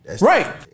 Right